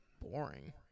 boring